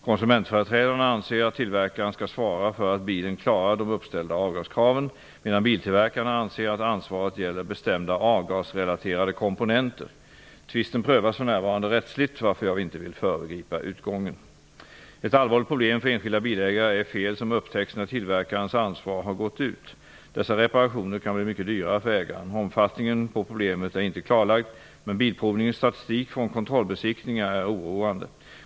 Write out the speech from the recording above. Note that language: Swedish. Konsumentföreträdarna anser att tillverkaren skall svara för att bilen klarar de uppställda avgaskraven, medan biltillverkarna anser att ansvaret gäller bestämda avgasrelaterade komponenter. Tvisten prövas för närvarande rättsligt, varför jag inte vill föregripa utgången. Ett allvarligt problem för enskilda bilägare är fel som upptäcks när tillverkarens ansvar har gått ut. Dessa reparationer kan bli mycket dyra för ägaren. Omfattningen på problemet är inte klarlagd, men Svensk Bilprovnings statistik från kontrollbesiktningar är oroande.